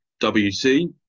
WC